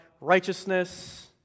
righteousness